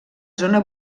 zona